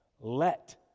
Let